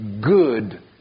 good